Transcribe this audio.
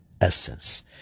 essence